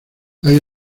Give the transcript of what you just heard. hay